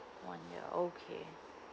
one year okay